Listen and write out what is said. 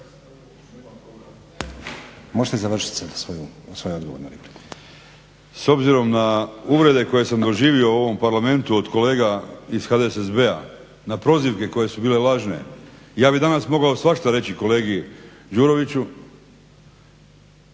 **Đakić, Josip (HDZ)** S obzirom na uvrede koje sam doživio u ovom Parlamentu od kolega iz HDSSB-a na prozivke koje su bile lažne ja bi danas mogao svašta reći kolegi Đuroviću.